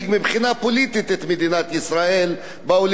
פוליטית את מדינת ישראל באולימפיאדה,